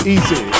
Easy